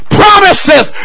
promises